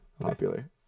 popular